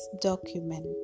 document